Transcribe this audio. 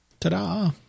ta-da